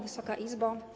Wysoka Izbo!